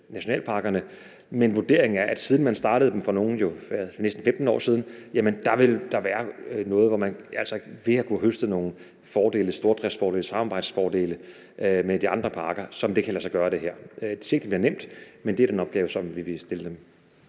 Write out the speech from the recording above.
men vurderingen er, at siden man startede, for nogles vedkommende jo for næsten 15 år siden, vil der være kommet noget, hvor man altså vil have kunnet høste nogle fordele – stordriftsfordele, samarbejdsfordele med de andre parker – så det her kan lade sig gøre. Jeg siger ikke, det bliver nemt, men det er den opgave, som vi vil stille dem.